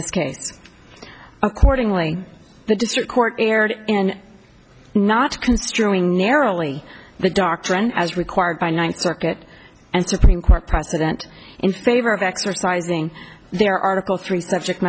this case accordingly the district court erred in not construing narrowly the doctrine as required by ninth circuit and supreme court precedent in favor of exercising their article three subject